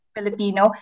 Filipino